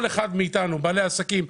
כל אחד מאיתנו בעלי העסקים,